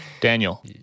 Daniel